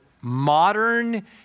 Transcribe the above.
modern